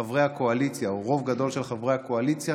חברי הקואליציה או רוב גדול של חברי הקואליציה,